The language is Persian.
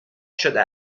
شده